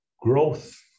growth